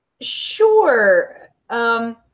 Sure